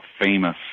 famous